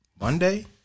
Monday